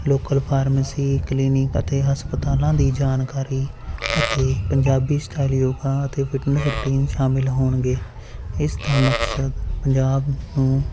local pharmacy clinic ਅਤੇ ਹਸਪਤਾਲਾਂ ਦੀ ਜਾਣਕਾਰੀ ਅਤੇ ਪੰਜਾਬੀ ਸਟਾਇਲ ਯੋਗਾ ਅਤੇ ਫਿਟਨੈਸ ਰੂਟੀਨ ਸ਼ਾਮਿਲ ਹੋਣਗੇ ਇਸ ਦਾ ਮਕਸਦ ਪੰਜਾਬ ਨੂੰ